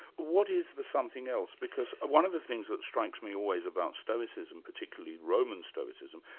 what is the something else? because one of the things that strikes me always about stoicism, particularly roman stoicism,